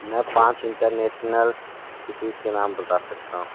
मैं पाँच international cities के नाम बता सकता हूँ